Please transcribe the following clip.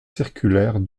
circulaire